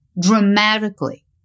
dramatically